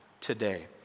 today